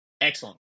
Excellent